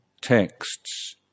texts